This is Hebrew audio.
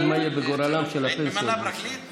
מה יהיה בגורלן של הפנסיות בישראל.